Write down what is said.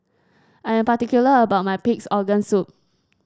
I am particular about my Pig's Organ Soup